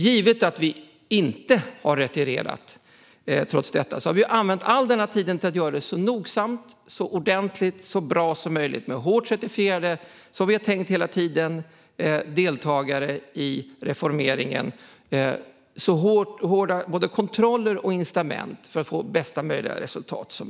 Givet att vi inte har retirerat har vi använt tiden till att göra det så noggrant och ordentligt som möjligt med certifierade deltagare i reformeringen. Det har funnits både hårda kontroller och incitament för att få bästa möjliga resultat.